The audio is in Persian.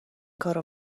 کارو